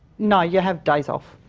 no, you have days off.